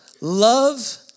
Love